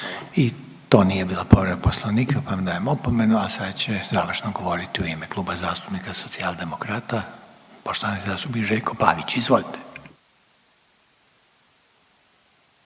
i to nije bila povreda Poslovnika, pa vam dajem opomenu, a sada će završno govoriti u ime Kluba zastupnika Socijaldemokrata poštovani zastupnik Željko Pavić, izvolite.